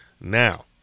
Now